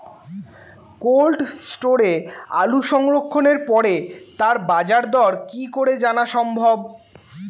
Cold স্টোরে আলু সংরক্ষণের পরে তার বাজারদর কি করে জানা সম্ভব?